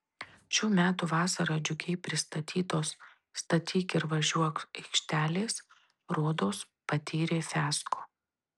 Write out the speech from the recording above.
šių metų vasarą džiugiai pristatytos statyk ir važiuok aikštelės rodos patyrė fiasko